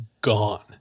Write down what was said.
gone